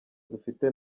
dufite